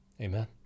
Amen